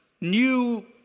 New